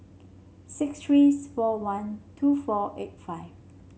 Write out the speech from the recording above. six three four one two four eight five